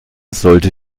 sollte